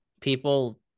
people